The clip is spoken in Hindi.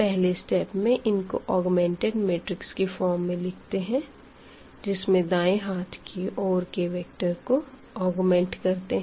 पहले स्टेप में इनको ऑग्मेंटेड मैट्रिक्स की फॉर्म में लिखते है जिसमें दाएं हाथ की ओर के वेक्टर को ऑग्मेंट करते है